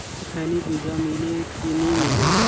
खैनी बिजा मिले कि नी मिले?